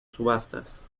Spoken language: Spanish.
subastas